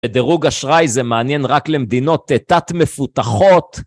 בדירוג אשראי זה מעניין רק למדינות תת מפותחות.